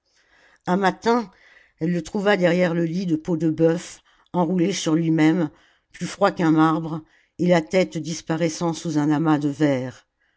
un matin elle le trouva derrière le lit de peaux de bœuf enroulé sur lui-même plus froid qu'un marbre et la tête disparaissant sous un amas de vers